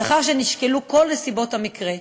לאחר שנשקלו כל נסיבות המקרה,